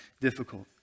difficult